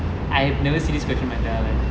I've never seen this question in my entire life